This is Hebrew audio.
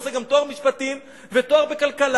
הוא עושה גם תואר משפטים ותואר בכלכלה,